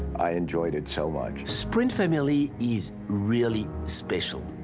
i enjoyed it so much. sprint family is really special.